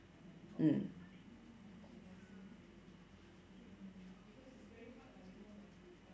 mm